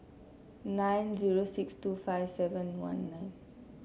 nine zero six two five seven one nine